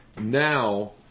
now